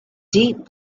deep